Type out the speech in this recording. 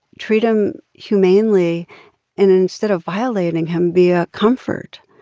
treat him humanely and, instead of violating him, be a comfort.